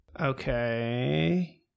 Okay